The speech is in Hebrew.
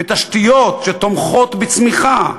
תשתיות שתומכות בצמיחה,